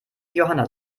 johanna